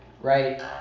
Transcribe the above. right